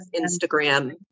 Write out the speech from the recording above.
Instagram